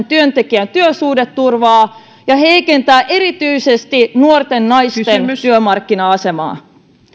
työntekijän työsuhdeturvaa ja heikentää erityisesti nuorten naisten työmarkkina asemaa